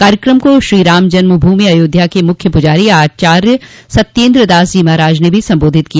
कार्यक्रम को श्रीराम जन्म भूमि अयोध्या के मुख्य पुजारी आचार्य सत्येन्द्र दासजी महाराज ने भी संबोधित किया